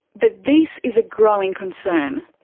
but this is a growing concern.